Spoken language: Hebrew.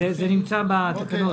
זה נמצא בתקנות.